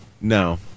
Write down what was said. no